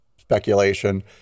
speculation